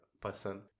person